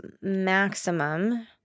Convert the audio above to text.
maximum